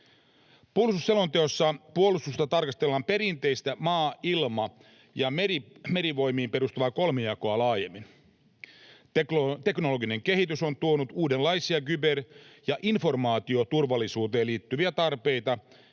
Puolustusselonteossa puolustusta tarkastellaan perinteistä maa-, ilma- ja merivoimiin perustuvaa kolmijakoa laajemmin. Teknologinen kehitys on tuonut uudenlaisia kyber- ja informaatioturvallisuuteen liittyviä tarpeita.